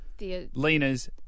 Lena's